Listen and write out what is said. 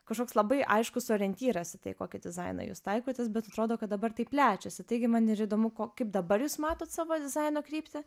kažkoks labai aiškus orientyras į tai kokį dizainą jūs taikotės bet atrodo kad dabar tai plečiasi taigi man ir įdomu kaip dabar jūs matot savo dizaino kryptį